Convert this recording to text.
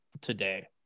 today